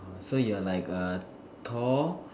orh so you're like a Thor